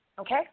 okay